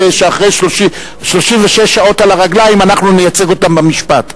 שאחרי 36 שעות על הרגליים אנחנו נייצג אותו במשפט.